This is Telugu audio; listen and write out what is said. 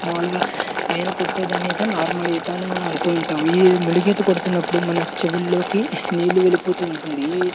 మామూలుగా పైన కొట్టే దాని ఈత నార్మల్ ఈత అని మనం అంటూ ఉంటాము ఈ మిడుగు ఈత కొడుతున్నప్పుడు మన చెవుల్లోకి నీళ్లు వెళ్ళిపోతూ ఉంటుంది